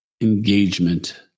engagement